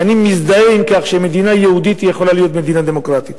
ואני מזדהה עם כך שמדינה יהודית יכולה להיות מדינה דמוקרטית.